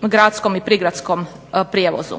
gradskom i prigradskom prijevozu.